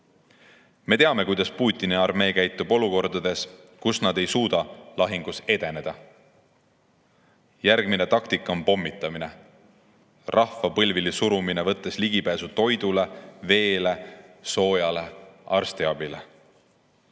Me teame, kuidas Putini armee käitub olukordades, kus nad ei suuda lahingus edeneda. Järgmine taktika on pommitamine, rahva põlvili surumine, võttes ligipääsu toidule, veele, soojale ja arstiabile.